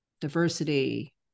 diversity